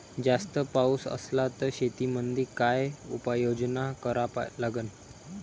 जास्त पाऊस असला त शेतीमंदी काय उपाययोजना करा लागन?